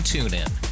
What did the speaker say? TuneIn